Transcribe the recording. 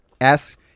Ask